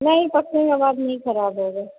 नहीं पकने के बाद नहीं खराब होगा